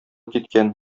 киткән